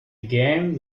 game